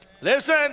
Listen